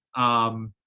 um,